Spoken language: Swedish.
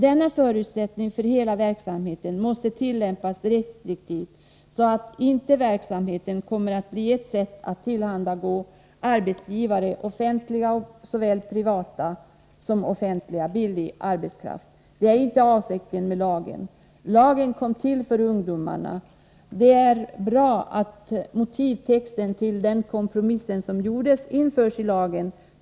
Denna förutsättning för hela verksamheten måste tillämpas strikt så att inte verksamheten kommer att bli ett sätt att tillhandagå arbetsgivare, offentliga och privata, med billig arbetskraft. Det är inte avsikten med lagen. Lagen kom till för ungdomarna. Det är också bra om motivtexten till den kompromissen som gjordes införs i lagen.